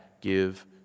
give